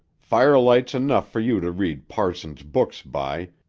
firelight's enough fer you to read parsons' books by,